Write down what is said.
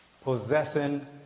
possessing